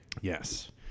Yes